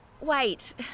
Wait